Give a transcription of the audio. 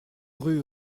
rue